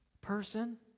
person